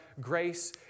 Grace